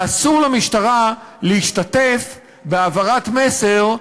ואסור למשטרה להשתתף בהעברת מסר: